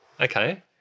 Okay